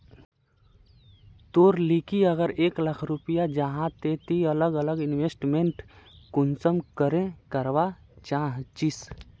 तोर लिकी अगर एक लाख रुपया जाहा ते ती अलग अलग इन्वेस्टमेंट कुंसम करे करवा चाहचिस?